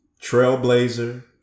Trailblazer